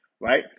right